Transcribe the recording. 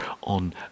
on